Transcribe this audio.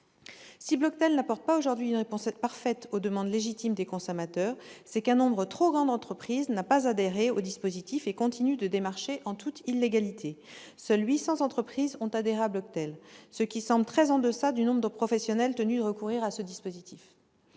ce dernier n'apporte pas aujourd'hui une réponse parfaite aux demandes légitimes des consommateurs, c'est qu'un nombre trop grand d'entreprises n'y a pas adhéré et continue de démarcher en toute illégalité : seules 800 entreprises ont adhéré au dispositif Bloctel, ce qui semble très en deçà du nombre de professionnels tenus d'y recourir. Une telle